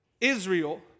Israel